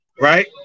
right